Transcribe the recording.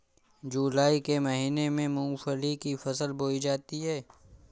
जूलाई के महीने में मूंगफली की फसल बोई जाती है